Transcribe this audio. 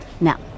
Now